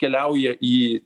keliauja į